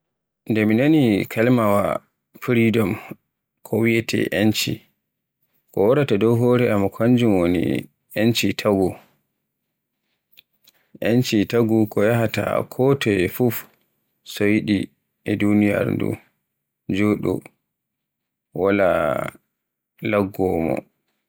Nde mi nani kalimaawa "freedom" ko wiyeete yenci, ko waraata dow hore am kanjum woni, yenci taagu. Yenci taagu kon yahde kotoye fuf to yiɗi e duniyaaru ndu joɗo wala laggowomo.